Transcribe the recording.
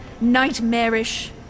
nightmarish